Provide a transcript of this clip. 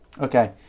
Okay